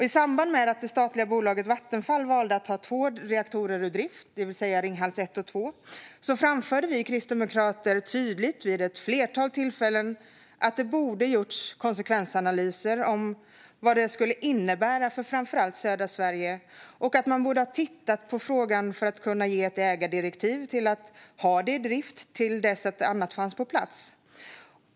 I samband med att det statliga bolaget Vattenfall valde att ta två reaktorer ur drift, Ringhals 1 och 2, framförde vi kristdemokrater tydligt och vid ett flertal tillfällen att det borde ha gjorts konsekvensanalyser av vad det skulle innebära för framför allt södra Sverige och att man borde ha tittat på frågan om att kunna ge ett ägardirektiv om att ha dem i drift till dess annat fanns på plats.